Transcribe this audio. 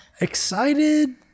Excited